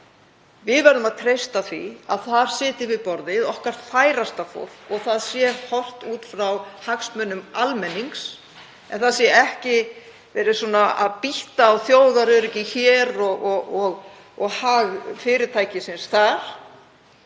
Við verðum að treysta því að þar sitji við borðið okkar færasta fólk og horft sé út frá hagsmunum almennings en það sé ekki verið að býtta á þjóðaröryggi hér og hag fyrirtækisins þar,